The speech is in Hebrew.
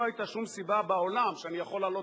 לא היתה שום סיבה בעולם שאני יכול להעלות